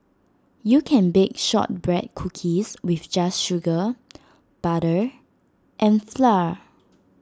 you can bake Shortbread Cookies with just sugar butter and flour